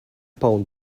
pound